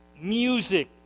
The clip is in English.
music